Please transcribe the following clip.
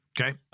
Okay